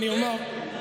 אתה צודק.